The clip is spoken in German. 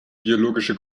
biologische